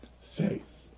Faith